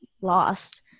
lost